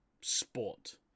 sport